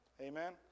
Amen